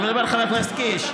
אני מדבר אל חבר הכנסת קיש.